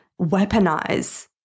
weaponize